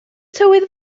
tywydd